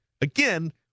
again